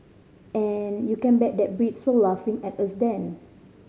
and you can bet that Brits were laughing at us then